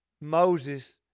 Moses